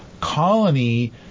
colony